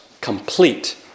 complete